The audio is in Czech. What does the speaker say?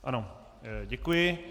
Ano, děkuji.